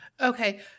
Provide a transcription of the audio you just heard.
Okay